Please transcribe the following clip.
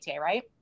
right